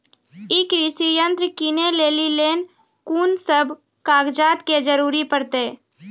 ई कृषि यंत्र किनै लेली लेल कून सब कागजात के जरूरी परतै?